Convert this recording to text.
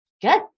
Good